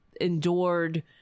endured